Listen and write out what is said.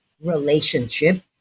relationship